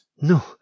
No